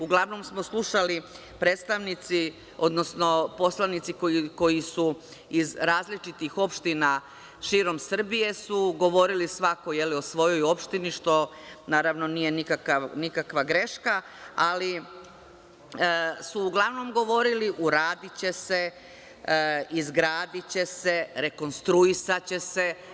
Uglavnom smo slušali predstavnici, odnosno poslanici koji su iz različitih opština širom Srbije su govorili svako o svojoj opštini, što, naravno, nije nikakva greška, ali su uglavnom govorili – uradiće se, izgradiće se, rekonstruisaće se.